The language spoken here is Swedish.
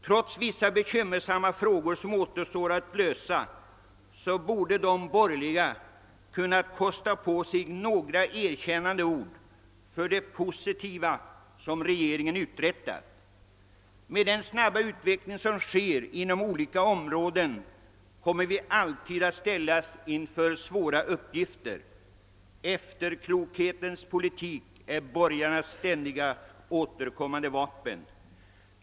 Trots vissa bekymmersamma frågor som återstår att lösa borde de borgerliga kunna kosta på sig några erkännande ord för det positiva som regeringen har uträttat. Med den snabba utveckling som sker på olika områden kommer vi alltid att ställas inför svåra uppgifter. Efterklokhetens princip är borgarnas ständigt återkommande vapen.